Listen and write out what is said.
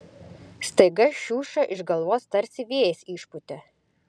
staiga šiušą iš galvos tarsi vėjas išpūtė